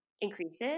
increases